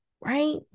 right